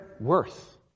worth